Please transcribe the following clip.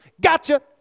Gotcha